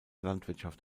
landwirtschaft